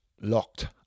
locked